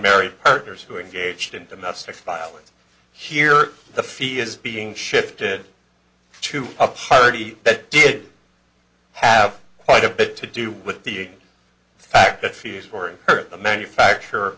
d partners who engaged in domestic violence here the fee is being shifted to a party that did have quite a bit to do with the fact that fees were incurred the manufacturer